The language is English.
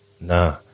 Nah